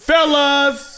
Fellas